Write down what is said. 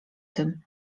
tym